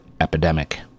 epidemic